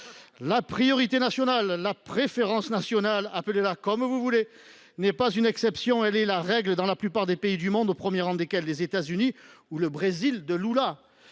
La priorité nationale ou la préférence nationale – appelez cela comme vous le souhaitez – n’est pas une exception. Elle est la règle dans la plupart des pays du monde, au premier rang desquels les États Unis ou le Brésil de Lula.